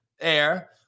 air